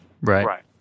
Right